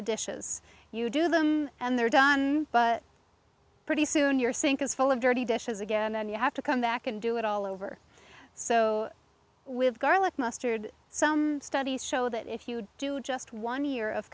the dishes you do them and they're done but pretty soon your sink is full of dirty dishes again and then you have to come back and do it all over so with garlic mustard some studies show that if you do just one year of